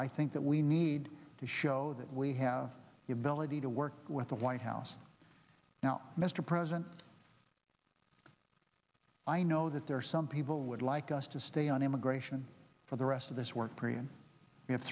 i think that we need to show that we have the ability to work with the white house now mr president i know that there are some people would like us to stay on immigration for the rest of this work